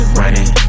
running